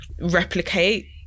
replicate